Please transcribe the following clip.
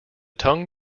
tung